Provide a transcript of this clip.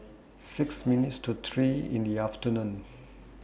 six minutes to three in The afternoon